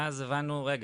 ואז הבנו - רגע,